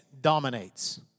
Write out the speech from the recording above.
dominates